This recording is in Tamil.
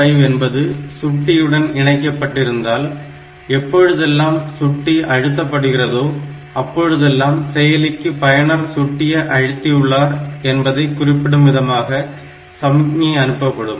5 என்பது சுட்டியுடன் இணைக்கப்பட்டிருந்தால் எப்பொழுதெல்லாம் சுட்டி அழுத்தப்படுகிறதோ அப்பொழுதெல்லாம் செயலிக்கு பயனர் சுட்டியை அழுத்தியுள்ளார் என்பதை குறிப்பிடும் விதமாக சமிக்ஞை அனுப்பப்படும்